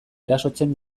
erasotzen